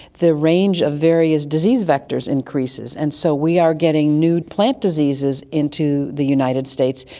the range of various disease vectors increases, and so we are getting new plants diseases into the united states,